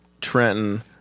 Trenton